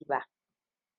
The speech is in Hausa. ba